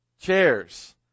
chairs